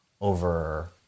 over